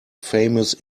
famous